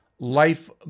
life